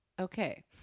Okay